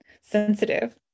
sensitive